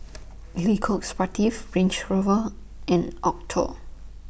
Lily Coq Sportif Range Rover and Acuto